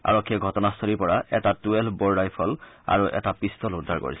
আৰক্ষীয়ে ঘটনাস্থলীৰ পৰা এটা টুৱেলভ ব'ৰ ৰাইফল আৰু এটা পিষ্টল উদ্ধাৰ কৰিছে